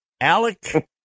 Alec